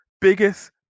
biggest